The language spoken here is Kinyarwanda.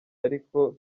ariko